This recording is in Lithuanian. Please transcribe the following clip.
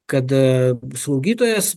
kad slaugytojas